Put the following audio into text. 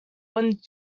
wanted